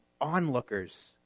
onlookers